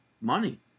money